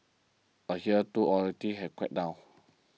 but here too authorities have cracked down